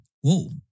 Whoa